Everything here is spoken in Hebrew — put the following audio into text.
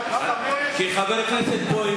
חבר הכנסת בוים,